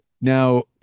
Now